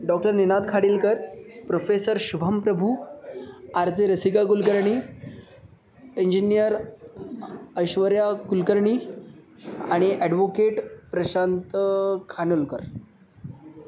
doctor Ninad Khadilkar professor Shubham Prabhu R J Rasika Kulkarni engineer Aishwarya Kulkarni आणि advocate Prashant Khanolkar